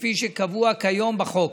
כפי שקבוע כיום בחוק,